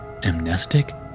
Amnestic